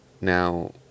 now